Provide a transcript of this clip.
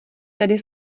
tady